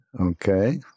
Okay